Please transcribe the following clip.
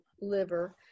liver